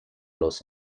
los